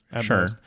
sure